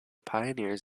pioneers